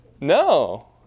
No